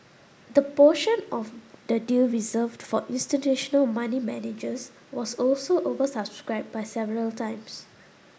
the portion of the deal reserved for institutional money managers was also oversubscribed by several times